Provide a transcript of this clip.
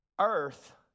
earth